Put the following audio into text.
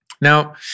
Now